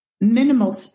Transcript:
minimal